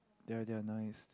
that are that are nice